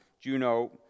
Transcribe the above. Juno